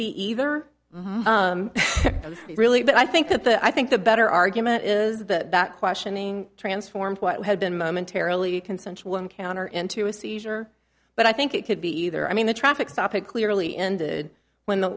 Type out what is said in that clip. be either really but i think that the i think the better argument is that that questioning transformed what had been momentarily consensual encounter into a seizure but i think it could be either i mean the traffic stop it clearly ended when the